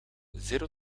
zéro